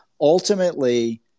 ultimately